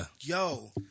yo